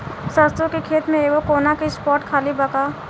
सरसों के खेत में एगो कोना के स्पॉट खाली बा का?